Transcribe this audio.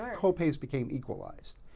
co-pays became equalized,